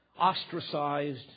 ostracized